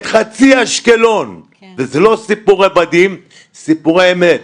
את חצי אשקלון וזה לא סיפורי בדים, סיפורי אמת.